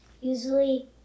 Usually